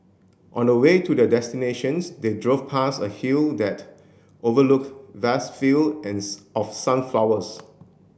on the way to their destinations they drove past a hill that overlooked vast field of sunflowers